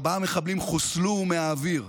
ארבעה מחבלים חוסלו מהאוויר.